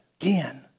again